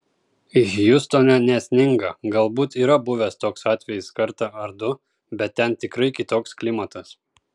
hjustone nesninga galbūt yra buvęs toks atvejis kartą ar du bet ten tikrai kitoks klimatas